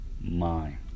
mind